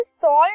salt